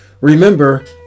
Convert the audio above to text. Remember